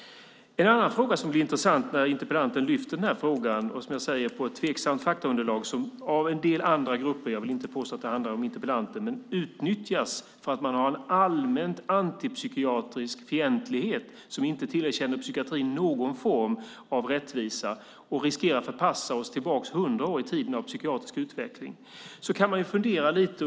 En annan sak som blir intressant när interpellanten lyfter upp den här frågan på ett, som jag säger, tveksamt faktaunderlag är att detta av en del grupper - jag vill inte påstå att det handlar om interpellanten - utnyttjas därför att man har en allmänt antipsykiatrisk fientlighet och inte tillerkänner psykiatrin någon form av rättvisa. Det riskerar att förpassa oss hundra år tillbaka i tiden av psykiatrisk utveckling. Då kan man fundera lite.